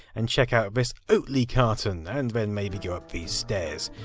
and check out this oatly carton. and then maybe go up these stairs,